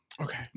Okay